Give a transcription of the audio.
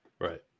Right